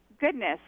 Goodness